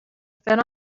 fed